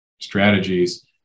strategies